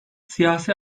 siyasi